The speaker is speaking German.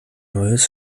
neues